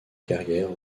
carrière